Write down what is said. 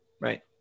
right